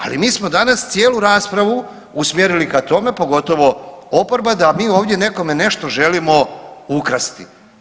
Ali mi smo danas cijelu raspravu usmjerili ka tome pogotovo oproba da mi ovdje nekome nešto želimo ukrasti.